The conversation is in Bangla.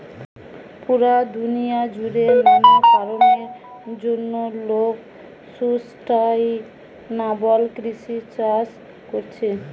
পুরা দুনিয়া জুড়ে নানা কারণের জন্যে লোক সুস্টাইনাবল কৃষি চাষ কোরছে